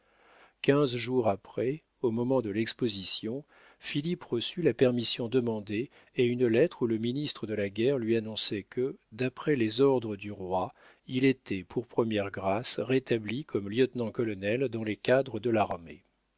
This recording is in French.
quinze jours après au moment de l'exposition philippe reçut la permission demandée et une lettre où le ministre de la guerre lui annonçait que d'après les ordres du roi il était pour première grâce rétabli comme lieutenant-colonel dans les cadres de l'armée